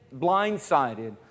blindsided